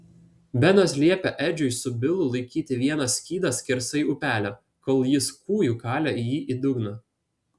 benas liepė edžiui su bilu laikyti vieną skydą skersai upelio kol jis kūju kalė jį į dugną